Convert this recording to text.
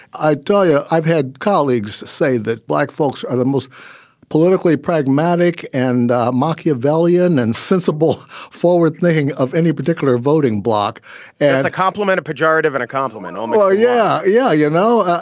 i tell you, i've had colleagues say that black folks are the most politically pragmatic and machiavellian and sensible forward thinking of any particular voting bloc and a compliment, a pejorative and a compliment oh, um yeah, yeah. you know,